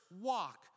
walk